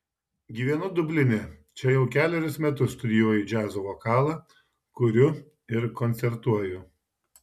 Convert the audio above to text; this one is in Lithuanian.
gyvenu dubline čia jau kelerius metus studijuoju džiazo vokalą kuriu ir koncertuoju